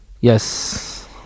Yes